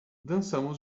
dançando